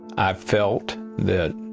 i felt that